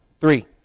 Three